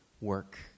work